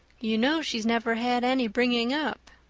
you know she's never had any bringing up.